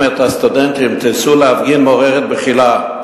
את הסטודנטים לצאת להפגין מעוררת בחילה.